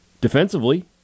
defensively